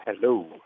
Hello